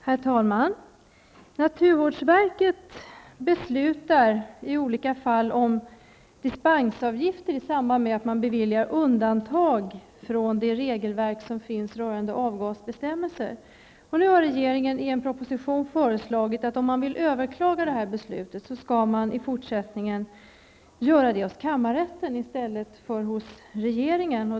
Herr talman! Naturvårdsverket beslutar i olika fall om dispensavgifter i samband med att man beviljar undantag från det regelverk som finns rörande avgasbestämmelser. Nu har regeringen i en proposition föreslagit att man, om man vill överklaga detta beslut, i fortsättningen skall göra det hos kammarrätten i stället för hos regeringen.